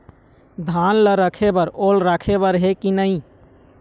धान ला रखे बर ओल राखे बर हे कि नई?